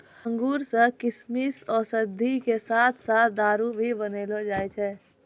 अंगूर सॅ किशमिश, औषधि के साथॅ साथॅ दारू भी बनैलो जाय छै